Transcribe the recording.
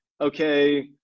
okay